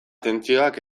tentsioak